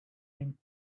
him